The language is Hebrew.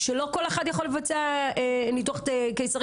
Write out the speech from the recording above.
שלא כל אחד יכול לבצע את הניתוח הקיסרי